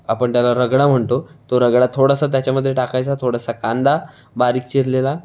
आपण त्याला रगडा म्हणतो तो रगडा थोडासा त्याच्यामध्ये टाकायचा थोडासा कांदा बारीक चिरलेला